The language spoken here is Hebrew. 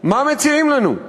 מה מציעים לנו?